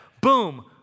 Boom